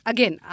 Again